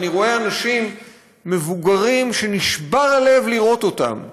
ורואה אנשים מבוגרים שנשבר הלב לראות אותם,